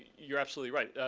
you're absolutely right.